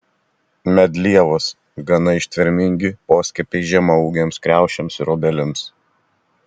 medlievos gana ištvermingi poskiepiai žemaūgėms kriaušėms ir obelims